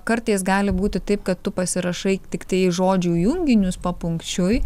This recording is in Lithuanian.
kartais gali būti taip kad tu pasirašai tiktai žodžių junginius papunkčiui